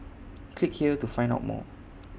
click here to find out more